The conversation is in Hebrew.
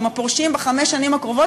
עם הפורשים בחמש השנים הקרובות,